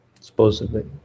supposedly